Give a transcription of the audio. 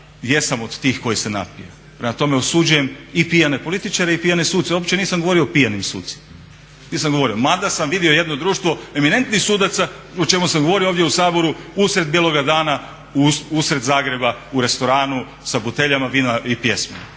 jesam od tih koji se napije. Prema tome osuđujem i pijane političare i pijane suce. Uopće nisam govorio o pijanim sucima, nisam govorio. Mada sam vidio jedno društvo eminentnih sudaca o čemu sam govorio ovdje u Saboru usred bijeloga dana, usred Zagreba, u restoranu sa buteljama vina i pjesmom,